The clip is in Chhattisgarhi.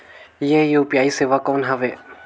ये यू.पी.आई सेवा कौन हवे?